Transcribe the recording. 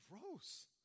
gross